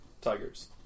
Tigers